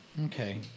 Okay